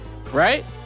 Right